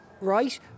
Right